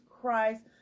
Christ